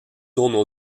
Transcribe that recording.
tournent